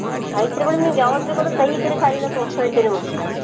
ಐತೆರಿ madam ನೀವು ಯಾವ್ದು ಬೇಕಾದರು ಕೈ ಈ ಕಡೆ ಸಾಲಿನಾಗೆ ತೋರಿಸ್ತಾ ಇದ್ದೆ ನಿಮಗೆ